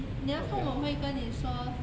你的父母会跟你说